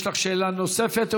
יש לך שאלה נוספת,